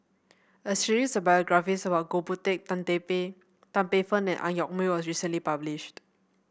a series of biographies about Goh Boon Teck Tan Teck Tan Paey Fern and Ang Yoke Mooi was recently published